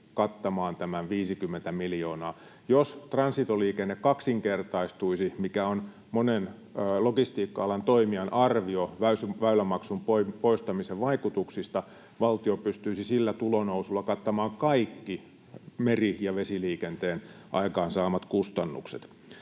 kattamaan tämän 50 miljoonaa. Jos transitoliikenne kaksinkertaistuisi, mikä on monen logistiikka-alan toimijan arvio väylämaksun poistamisen vaikutuksista, valtio pystyisi sillä tulonousulla kattamaan kaikki meri- ja vesiliikenteen aikaansaamat kustannukset.